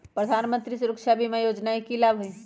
प्रधानमंत्री सुरक्षा बीमा योजना के की लाभ हई?